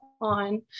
on